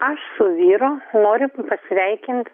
aš su vyru noriu pasveikint